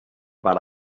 but